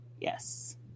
Yes